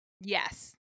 Yes